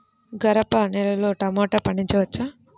గరపనేలలో టమాటా పండించవచ్చా?